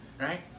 right